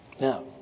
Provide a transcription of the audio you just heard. Now